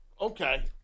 okay